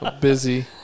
Busy